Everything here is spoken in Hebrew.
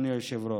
אדוני היושב-ראש.